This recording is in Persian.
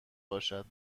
باشد